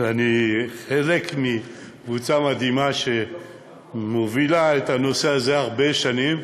אני חלק מקבוצה מדהימה שמובילה את הנושא הזה הרבה שנים,